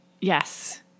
Yes